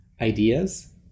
Ideas